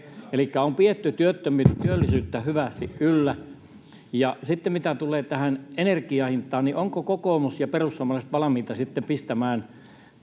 Elikkä on pidetty työllisyyttä hyvästi yllä. Ja mitä tulee energian hintaan, niin ovatko kokoomus ja perussuomalaiset valmiita pistämään